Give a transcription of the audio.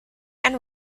and